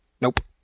Nope